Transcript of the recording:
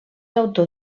autor